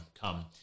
come